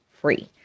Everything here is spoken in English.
free